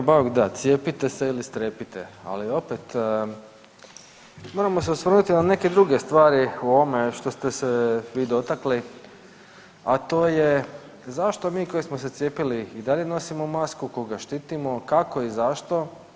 Kolega Bauk da, cijepite se ili strepite, ali opet moramo se osvrnuti na neke druge stvari u ovome što ste se vi dotakli, a to je zašto mi koji smo se cijepili i dalje nosimo masku, koga štitimo, kako i zašto.